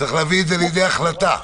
לידי החלטה.